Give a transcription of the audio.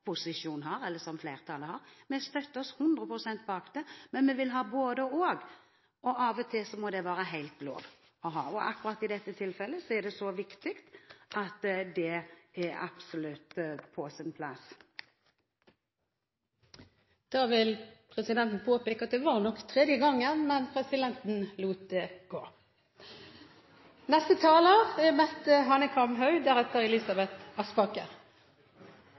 posisjonen eller flertallet har her. Vi står hundre prosent bak det, men vi vil ha både–og. Av og til må det være lov. Akkurat i dette tilfellet er det så viktig at det absolutt er på sin plass. Jeg ville bare understreke det som representanten Thorsen sier. Jeg kan betrygge representanten Aasen med at det